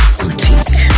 boutique